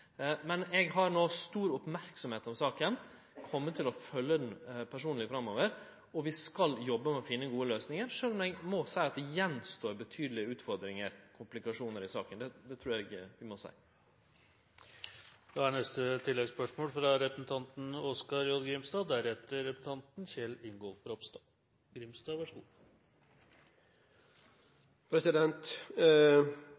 Eg har no stor merksemd rundt saka og kjem til å følgje den personleg framover. Vi skal jobbe med å finne gode løysingar, sjølv om eg må seie at det står att betydelege utfordringar og komplikasjonar i saka. Det trur eg vi må seie. Oskar J. Grimstad – til oppfølgingsspørsmål. Det